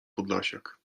podlasiak